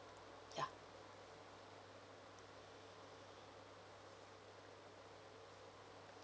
ya